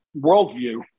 worldview